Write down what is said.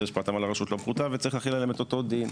(תיקון מס'